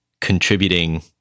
contributing